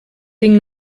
ding